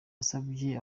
yasabye